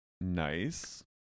nice